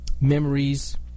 memories